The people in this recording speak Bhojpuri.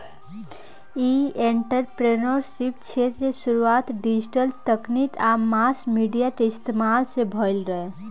इ एंटरप्रेन्योरशिप क्षेत्र के शुरुआत डिजिटल तकनीक आ मास मीडिया के इस्तमाल से भईल रहे